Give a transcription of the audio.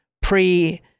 pre